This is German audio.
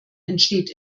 entsteht